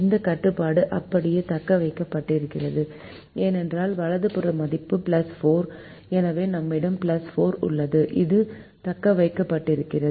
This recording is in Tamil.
இந்த கட்டுப்பாடு அப்படியே தக்கவைக்கப்படுகிறது ஏனெனில் வலது புற மதிப்பு 4 எனவே நம்மிடம் 4 உள்ளது அது தக்கவைக்கப்படுகிறது